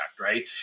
Right